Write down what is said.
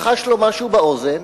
לחש לו משהו באוזן,